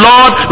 Lord